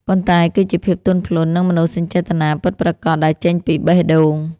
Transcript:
ប៉ុន្តែគឺជាភាពទន់ភ្លន់ និងមនោសញ្ចេតនាពិតប្រាកដដែលចេញពីបេះដូង។